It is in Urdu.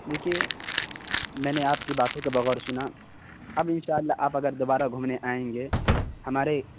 دیکھیے میں نے آپ کی باتوں کا بغور سنا اب ان شاء اللہ آپ اگر دوبارہ گھومنے آئیں گے ہمارے